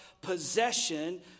possession